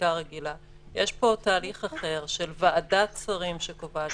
יש פה תהליך אחר של ועדת שרים שקובעת,